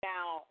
Now